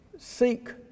Seek